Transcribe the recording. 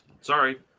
Sorry